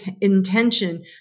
intention